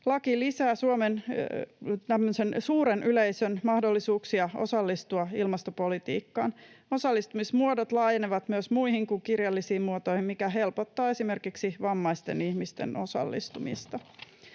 Laki lisää Suomen suuren yleisön mahdollisuuksia osallistua ilmastopolitiikkaan. Osallistumismuodot laajenevat myös muihin kuin kirjallisiin muotoihin, mikä helpottaa esimerkiksi vammaisten ihmisten osallistumista.